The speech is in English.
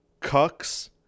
cucks